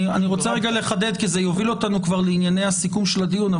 אני רוצה לחדד כי זה יוביל אותנו כבר לענייני הסיכום של הדיון,